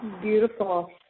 Beautiful